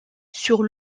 sur